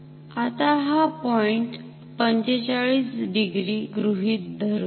आता हा point 45 degree गृहीत धरुया